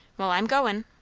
well, i'm goin'!